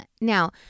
Now